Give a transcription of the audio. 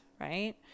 right